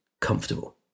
comfortable